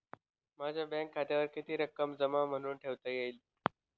माझ्या बँक खात्यावर किती रक्कम जमा म्हणून ठेवता येईल?